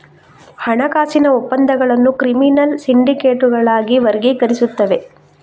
ಹಣಕಾಸಿನ ಒಪ್ಪಂದಗಳನ್ನು ಕ್ರಿಮಿನಲ್ ಸಿಂಡಿಕೇಟುಗಳಾಗಿ ವರ್ಗೀಕರಿಸುತ್ತವೆ